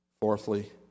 Fourthly